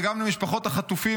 וגם למשפחות החטופים,